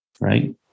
right